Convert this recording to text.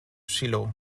shiloh